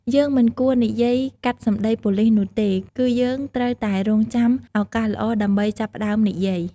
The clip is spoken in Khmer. យើងមិនគួរនិយាយកាត់សម្ដីប៉ូលិសនោះទេ គឺយើងត្រូវតែរង់ចាំឱកាសល្អដើម្បីចាប់ផ្ដើមនិយាយ។